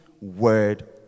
word